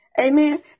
Amen